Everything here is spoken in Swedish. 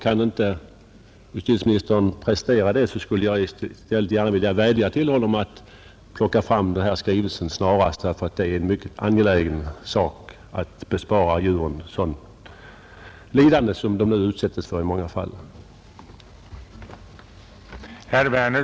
Om justitieministern inte kan prestera ett sådant vill jag vädja till honom att snarast plocka fram riksdagsskrivelsen; det är mycket angeläget att utan dröjsmål bespara djuren sådant lidande som de i många fall utsätts för.